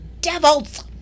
devils